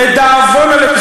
לדאבון הלב,